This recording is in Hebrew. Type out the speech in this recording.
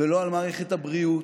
ולא על מערכת הבריאות,